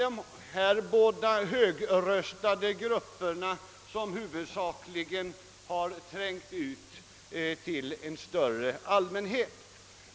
Det har huvudsakligen varit uttalanden av dessa högröstade grupper som har trängt ut till en större allmänhet.